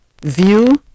view